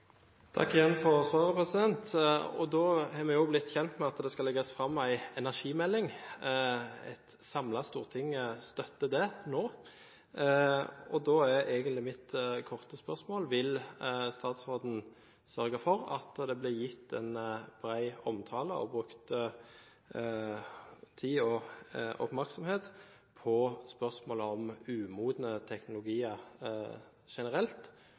Takk igjen for svaret. Da er vi også blitt kjent med at det skal legges fram en energimelding. Et samlet storting støtter det nå. Da er mitt korte spørsmål: Vil statsråden sørge for at det blir gitt en bred omtale og brukt tid og oppmerksomhet på spørsmålet om umodne teknologier generelt